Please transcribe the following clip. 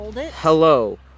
Hello